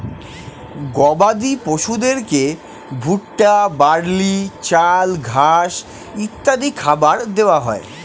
গবাদি পশুদেরকে ভুট্টা, বার্লি, চাল, ঘাস ইত্যাদি খাবার দেওয়া হয়